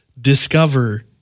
discover